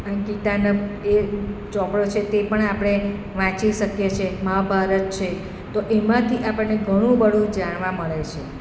આ ગીતાના એ ચોપડો છે તે પણ આપણે વાંચી શકીએ છે મહાભારત છે તો એમાંથી આપણને ઘણું બધું જાણવા મળે છે